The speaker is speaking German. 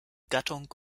gattung